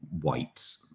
white